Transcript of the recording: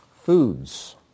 foods